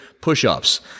push-ups